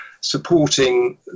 supporting